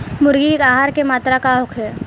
मुर्गी के आहार के मात्रा का होखे?